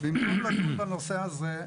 במקום לדון בנושא הזה,